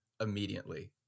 immediately